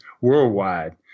worldwide